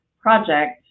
project